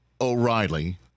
O'Reilly